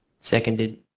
Seconded